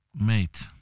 Mate